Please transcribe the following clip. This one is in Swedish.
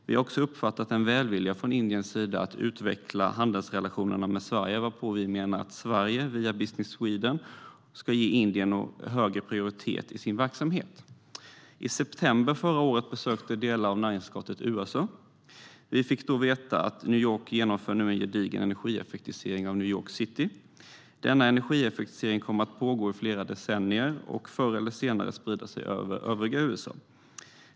Vi har också uppfattat en välvilja från Indiens sida att utveckla handelsrelationerna med Sverige varpå vi menar att Sverige, via Business Sweden, ska ge Indien en högre prioritet i sin verksamhet. I september förra året besökte delar av näringsutskottet USA. Vi fick då veta att New York nu genomför en gedigen energieffektivisering av New York City. Denna energieffektivisering kommer att pågå i flera decennier och förr eller senare sprida sig till övriga USA.